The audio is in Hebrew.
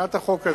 הצעת החוק הזאת,